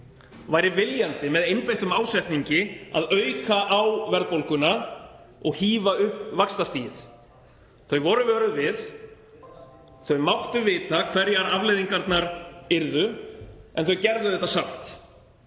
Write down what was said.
væru viljandi, með einbeittum ásetningi, að auka á verðbólguna og hífa upp vaxtastigið. Þau voru vöruð við, þau máttu vita hverjar afleiðingarnar yrðu en þau gerðu þetta samt.